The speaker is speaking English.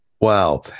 Wow